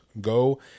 go